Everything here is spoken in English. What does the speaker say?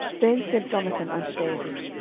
then said jonathan unto david,